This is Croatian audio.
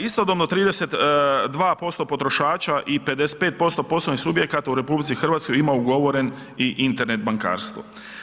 Istodobno 32% potrošača i 55% poslovnih subjekata u RH ima ugovoren i Internet bankarstvo.